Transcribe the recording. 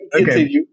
okay